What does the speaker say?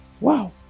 Wow